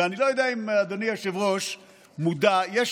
ואני לא יודע אם אדוני היושב-ראש מודע לכך,